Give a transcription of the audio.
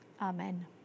amen